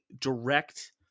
direct